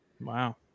Wow